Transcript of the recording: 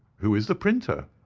who is the printer?